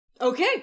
Okay